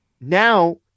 Now